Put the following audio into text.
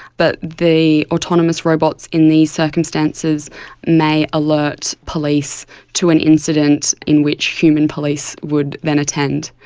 but the autonomous robots in these circumstances may alert police to an incident in which human police would then attend.